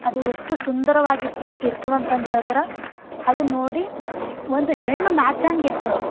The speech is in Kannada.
ಅದು ಎಷ್ಟು ಸುಂದರವಾಗಿತ್ತು ಇರ್ತದಂತ ಅಂದು ಹೇಳದ್ರೆ ಅದು ನೋಡಿ ಒಂದು ಹೆಣ್ಣು ನಾಚಂಗ ಇರ್ತದೆ